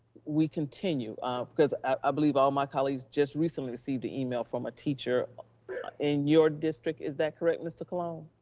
we continue because i ah believe all my colleagues just recently received an email from a teacher in your district, is that correct, mr. colon?